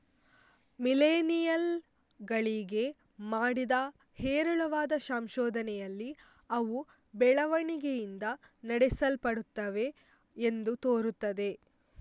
millennial ಗಳಿಗೆ ಮಾಡಿದ ಹೇರಳವಾದ ಸಂಶೋಧನೆಯಲ್ಲಿ ಅವು ಬೆಳವಣಿಗೆಯಿಂದ ನಡೆಸಲ್ಪಡುತ್ತವೆ ಎಂದು ತೋರುತ್ತದೆ